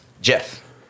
Jeff